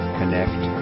connect